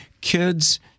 kids